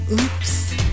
Oops